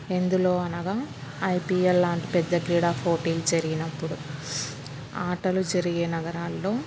ఎందులో అనగా ఐపీఎల్ లాంటి పెద్ద క్రీడా పోటీ జరిగినప్పుడు ఆటలు జరిగే నగరాల్లో